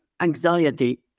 anxiety